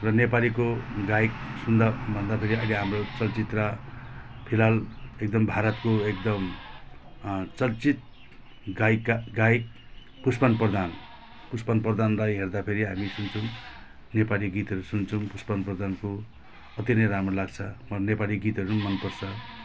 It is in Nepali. र नेपालीको गायक सुन्दा भन्दाखेरि अहिले हाम्रो चलचित्र फिलहाल एकदम भारतको एकदम चर्चित गायिका गायक पुष्पन प्रधान पुष्पन प्रधानलाई हेर्दाखेरि हामी सुन्छौँ नेपाली गीतहरू सुन्छौँ पुष्पन प्रधानको अति नै राम्रो लाग्छ मलाई नेपाली गीतहरू पनि मनपर्छ